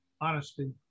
honesty